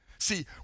See